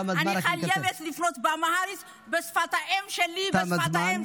תם הזמן,